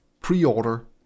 pre-order